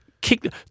kick –